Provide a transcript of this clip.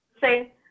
say